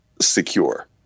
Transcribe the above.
secure